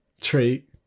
trait